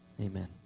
Amen